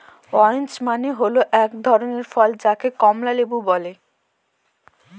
orange মানে হল এক ধরনের ফল যাকে কমলা লেবু বলে